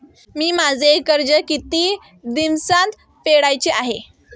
मी माझे कर्ज किती दिवसांत फेडायचे आहे?